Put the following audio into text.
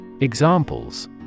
Examples